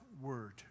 word